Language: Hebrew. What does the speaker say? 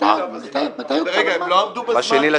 הם לא עמדו בזמן?